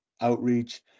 outreach